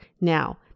now